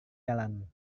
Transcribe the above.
jalan